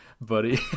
Buddy